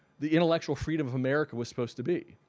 the intellectual freedom of america was supposed to be.